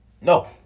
no